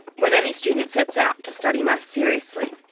when any student sets out to study maths seriously,